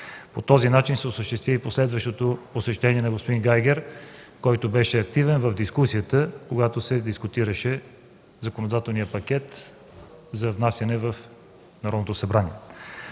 По този начин се осъществи и последващо посещение на господин Гайгер, който беше активен, когато се дискутираше законодателният пакет за внасяне в Народното събрание.